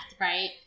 right